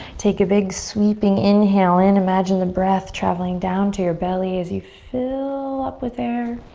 take a big sweeping inhale in. imagine the breath traveling down to your belly as you fill up with air.